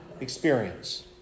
experience